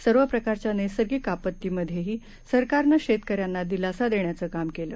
सर्व प्रकारच्या नैसर्गिक आपतीमध्येही सरकारनं शेतकऱ्यांना दिलासा देण्याचं काम केलं